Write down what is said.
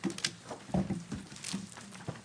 13:55.